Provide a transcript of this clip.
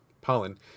pollen